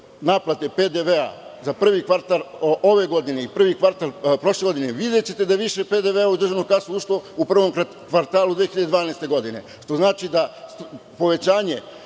naplate PDV za prvi kvartal ove godine i prvi kvartal prošle godine, videćete da je više PDV u državnu kasu ušlo u prvom kvartalu 2012. godine, što znači da povećanje